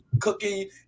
cooking